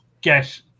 get